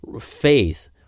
faith